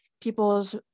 people's